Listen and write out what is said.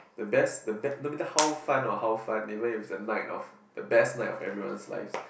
the best the be~ no matter how fine or how fun the where is the night of the best night of everyone's lives